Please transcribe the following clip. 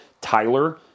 Tyler